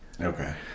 Okay